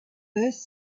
first